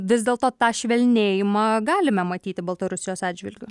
vis dėlto tą švelnėjimą galime matyti baltarusijos atžvilgiu